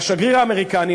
השגריר האמריקני,